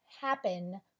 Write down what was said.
happen